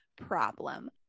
problem